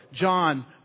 John